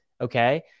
Okay